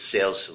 sales